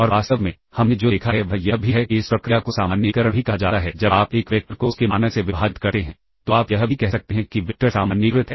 और वास्तव में हमने जो देखा है वह यह भी है कि इस प्रक्रिया को सामान्यीकरण भी कहा जाता है जब आप एक वेक्टर को उसके मानक से विभाजित करते हैं तो आप यह भी कह सकते हैं कि वेक्टर सामान्यीकृत है